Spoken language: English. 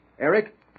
Eric